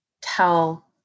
tell